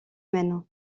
humaines